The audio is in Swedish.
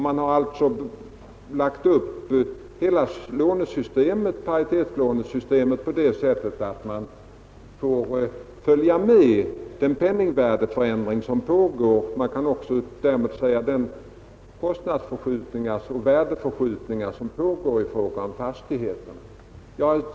Därför har man lagt upp paritetslånesystemet så att man följer med den penningvärdeförändring — man kan också säga de kostnadsoch värdeförskjutningar — som pågår när det gäller fastigheterna.